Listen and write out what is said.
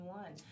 one